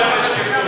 ביקשנו,